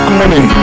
money